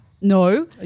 No